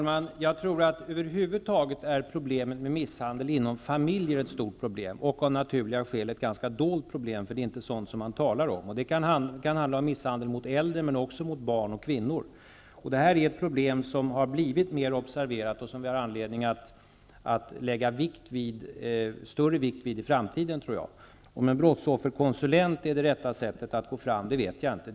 Herr talman! Jag tror att problemet med misshandel inom familjer över huvud taget är väldigt stort, och av naturliga skäl ett ganska dolt problem. Det är inte sådant som man talar om. Det kan handla om misshandel av äldre, men också av barn och kvinnor. Det här är ett problem som har blivit mer observerat och som vi har all anledning att lägga större vikt vid i framtiden. Om det rätta sättet att gå fram är att ha brottsofferkonsulenter vet jag inte.